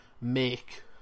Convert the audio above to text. make